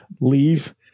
leave